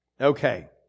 Okay